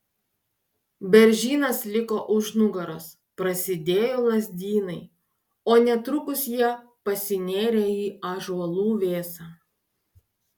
beržynas liko už nugaros prasidėjo lazdynai o netrukus jie pasinėrė į ąžuolų vėsą